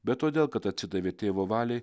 bet todėl kad atsidavė tėvo valiai